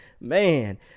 man